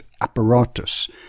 apparatus